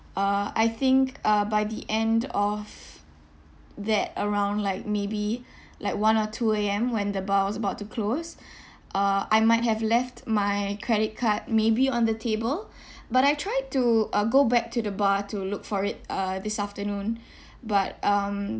uh I think uh by the end of that around like maybe like one or two A_M when the bar was about to close uh I might have left my credit card maybe on the table but I tried to uh go back to the bar to look for it uh this afternoon but um